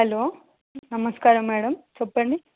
hello నమస్కారం madam చెప్పండి